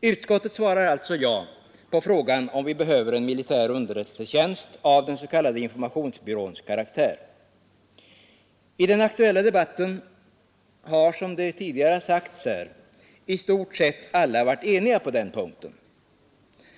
Utskottet svarar alltså ja på frågan om vi behöver en militär underrättelsetjänst av informationsbyråns karaktär. I den aktuella debatten har, som tidigare sagts, i stort sett alla varit eniga på den punkten.